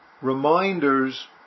reminders